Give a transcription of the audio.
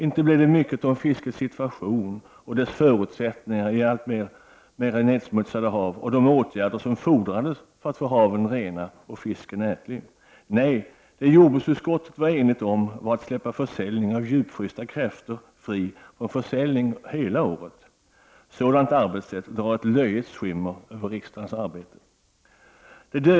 Inte blev det mycket om fiskets situation och dess förutsättningar i allt mera nedsmutsade hav och om de åtgärder som fordrades för att få haven rena och fisken ätlig. Nej, det jordbruksutskottet var enigt om var att släppa försäljningen av djupfrysta kräftor fri under hela året. Sådant arbetssätt drar ett löjets skimmer över riksdagens arbete.